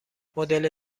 مدل